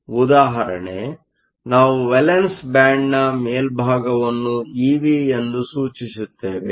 ಉದಾ ನಾವು valence band ನ ಮೇಲ್ಭಾಗವನ್ನು ಇವಿ ಎಂದು ಸೂಚಿಸುತ್ತೇವೆ